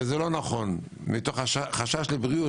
מתוך חשש לבריאות.